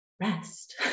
rest